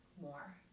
more